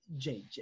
JJ